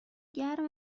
گرم